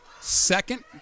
Second